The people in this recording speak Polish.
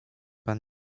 pan